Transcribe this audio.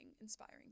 inspiring